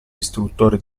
istruttore